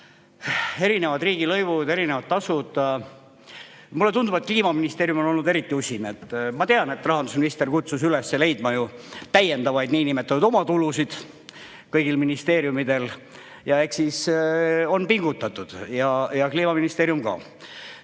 erinevad riigilõivud, erinevad tasud. Mulle tundub, et Kliimaministeerium on olnud eriti usin. Ma tean, et rahandusminister kutsus üles leidma niinimetatud täiendavaid omatulusid kõigil ministeeriumidel. Eks siis on pingutatud ka Kliimaministeeriumis.